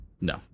no